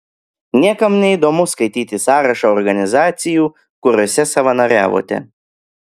niekam neįdomu skaityti sąrašą organizacijų kuriose savanoriavote